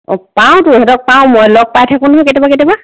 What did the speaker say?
অঁ পাওঁটো সিহঁতক পাওঁ মই লগ পাই থাকোঁ নহয় কেতিয়াবা কেতিয়াবা